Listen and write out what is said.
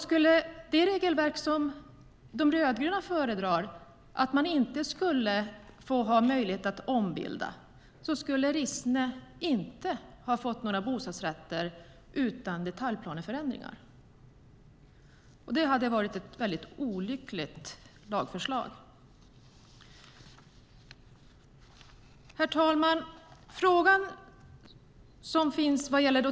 Med det regelverk de rödgröna föredrar, där det inte är möjligt att ombilda, skulle Rissne inte ha fått några bostadsrätter utan detaljplaneförändringar. Det hade varit ett olyckligt lagförslag. Herr talman!